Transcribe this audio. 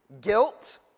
guilt